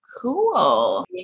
Cool